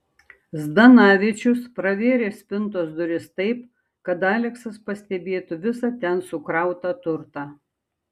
zdanavičius pravėrė spintos duris taip kad aleksas pastebėtų visą ten sukrautą turtą